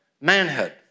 manhood